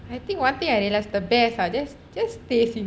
I think one thing I realise the best ah just just stay single